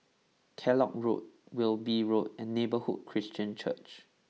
Kellock Road Wilby Road and Neighbourhood Christian Church